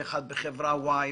אחד בחברה וואי,